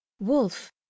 wolf